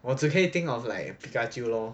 我只可以 think of like pikachu lor